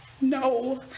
no